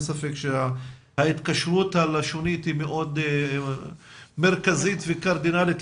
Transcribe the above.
ספק שההתקשרות הלשונית היא מאוד מרכזית וקרדינלית,